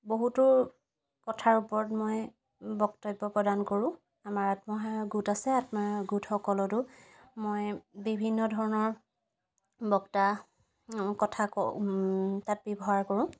বহুতো কথাৰ ওপৰত মই বক্তব্য প্ৰদান কৰো আমাৰ আত্মসহায়ক গোট আছে আত্মসহায়ক গোটসকলতো মই বিভিন্ন ধৰণৰ বক্তা কথা কওঁ তাত ব্যৱহাৰ কৰো